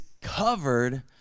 covered